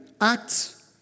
Acts